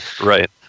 Right